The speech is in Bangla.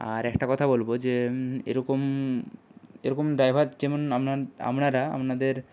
আর একটা কথা বলব যে এরকম এরকম ড্রাইভার যেমন আপনা আপনারা আপনাদের